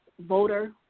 voter